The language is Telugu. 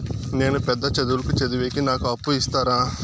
నేను పెద్ద చదువులు చదివేకి నాకు అప్పు ఇస్తారా